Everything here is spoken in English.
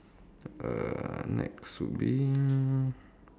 uh next would be